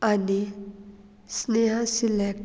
आनी स्नेहा सिलेक्ट